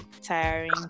tiring